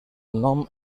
nom